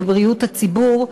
לבריאות הציבור,